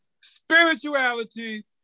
spirituality